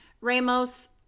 Ramos